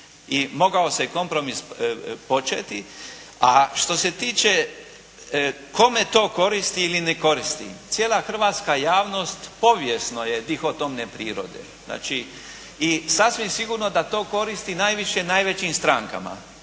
i mogao se kompromis početi, a što se tiče kome to koristi ili ne koristi cijela hrvatska javnost povijesno je …/Govornik se ne razumije./… prirode. Znači, i sasvim sigurno da to koristi najviše najvećim strankama